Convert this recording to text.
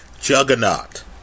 juggernaut